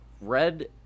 Red